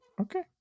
Okay